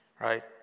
right